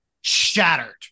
shattered